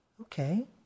Okay